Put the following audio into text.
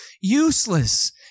useless